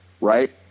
right